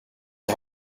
die